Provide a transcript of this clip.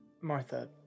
Martha